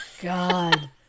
God